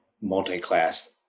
multi-class